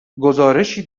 گزارشی